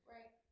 Right